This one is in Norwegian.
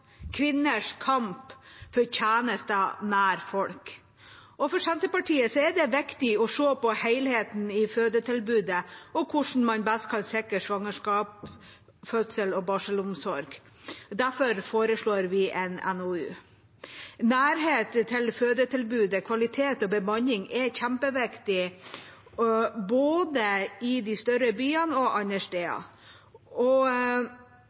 for tjenester nær folk. For Senterpartiet er det viktig å se på helheten i fødetilbudet og hvordan man best kan sikre svangerskaps-, fødsels- og barselomsorg. Derfor foreslår vi en NOU. Nærhet til fødetilbudet, kvalitet og bemanning er kjempeviktig, både i de større byene og andre steder. Nærhet i de større byene blir på en måte borte i og